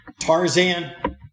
Tarzan